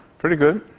pretty good.